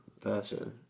person